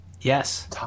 yes